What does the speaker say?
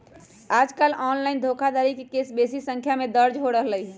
याजकाल ऑनलाइन धोखाधड़ी के केस बेशी संख्या में दर्ज हो रहल हइ